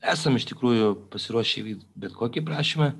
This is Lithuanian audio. esam iš tikrųjų pasiruošę įvykdyt bet kokį prašymą